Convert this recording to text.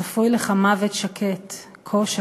/ צפוי לך מוות שקט.